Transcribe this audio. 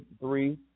three